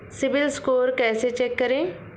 CIBIL score कैसे check करें?